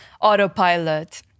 autopilot